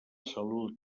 salut